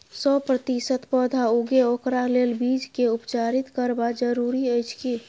सौ प्रतिसत पौधा उगे ओकरा लेल बीज के उपचारित करबा जरूरी अछि की?